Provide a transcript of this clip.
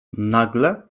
nagle